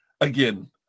Again